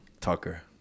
Tucker